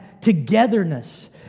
togetherness